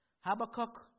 Habakkuk